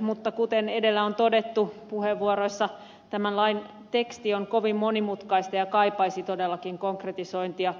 mutta kuten edellä on todettu puheenvuoroissa tämän lain teksti on kovin monimutkaista ja kaipaisi todellakin konkretisointia